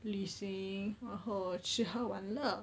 旅行然后吃喝玩乐